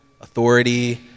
authority